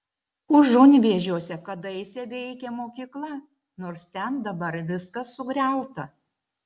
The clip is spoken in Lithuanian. užunvėžiuose kadaise veikė mokykla nors ten dabar viskas sugriauta